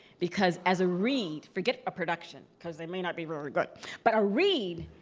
because as a read forget a production, because they may not be very but but a read,